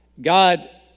God